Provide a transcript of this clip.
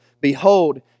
Behold